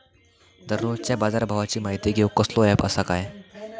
दररोजच्या बाजारभावाची माहिती घेऊक कसलो अँप आसा काय?